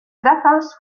trazas